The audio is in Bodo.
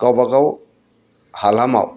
गावबागाव हालामाव